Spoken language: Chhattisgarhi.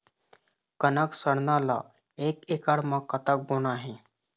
कनक सरना ला एक एकड़ म कतक बोना हे?